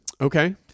Okay